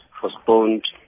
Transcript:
postponed